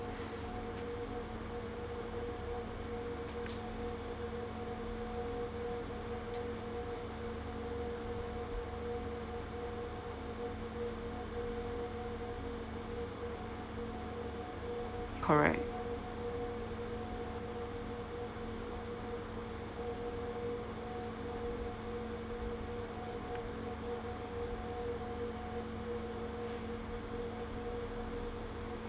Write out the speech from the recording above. correct